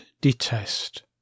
detest